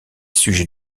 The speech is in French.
sujet